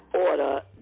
order